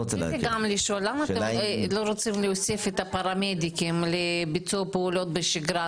למה אתם לא רוצים להוסיף את הפרמדיקים לביצוע פעולות בשגרה,